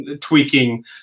tweaking